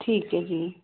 ਠੀਕ ਹੈ ਜੀ